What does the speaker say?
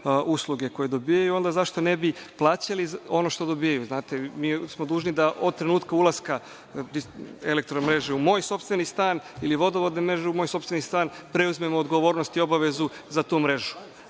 usluge koje dobijaju i onda zašto ne bi plaćali ono što dobijaju? Znate, mi smo dužni da od trenutka ulaska elektromreže u moj sopstveni stan ili vodovodne mreže u moj sopstveni stan, preuzmemo odgovornost i obavezu za tu mrežu,